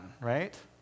right